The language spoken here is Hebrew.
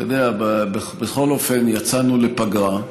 אתה יודע, בכל אופן יצאנו לפגרה,